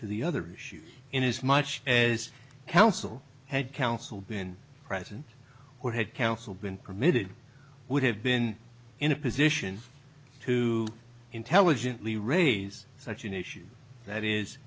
to the other issues and as much as counsel had counsel been present or had counsel been permitted would have been in a position to intelligently raise such an issue that is